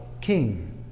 King